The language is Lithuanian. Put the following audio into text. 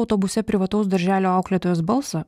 autobuse privataus darželio auklėtojos balsą